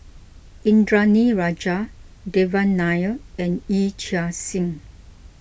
Indranee Rajah Devan Nair and Yee Chia Hsing